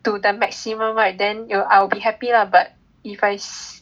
to the maximum right then you will I will be happy lah but if I s~